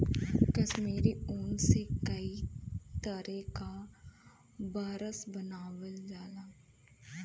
कसमीरी ऊन से कई तरे क बरस बनावल जाला